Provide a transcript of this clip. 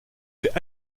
fait